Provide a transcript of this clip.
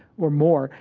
or more.